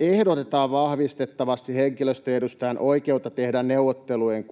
ehdotetaan vahvistettavaksi henkilöstön edustajan oikeutta tehdä neuvottelujen